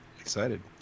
Excited